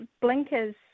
blinkers